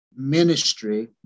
ministry